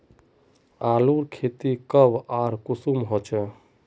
आलूर खेती कब आर कुंसम होचे?